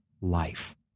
life